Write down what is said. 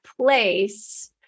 place